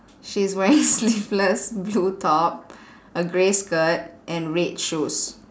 she's wearing sleeveless blue top a grey skirt and red shoes